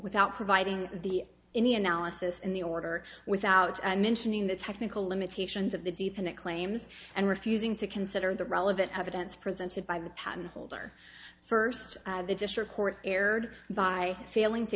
without providing the in the analysis in the order without mentioning the technical limitations of the deep and it claims and refusing to consider the relevant evidence presented by the patent holder first the district court erred by failing to